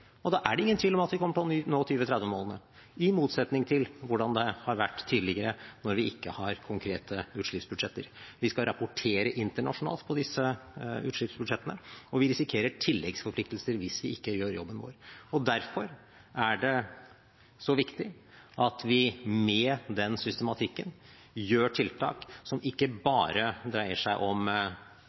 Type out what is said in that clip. og da er det ingen tvil om at vi kommer til å nå 2030-målene, i motsetning til hvordan det har vært tidligere da vi ikke hadde konkrete utslippsbudsjetter. Vi skal rapportere internasjonalt på disse utslippsbudsjettene, og vi risikerer tilleggsforpliktelser hvis vi ikke gjør jobben vår. Derfor er det så viktig at vi med den systematikken gjør tiltak som ikke bare dreier seg om